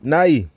Nai